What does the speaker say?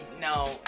no